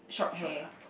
short ah